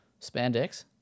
spandex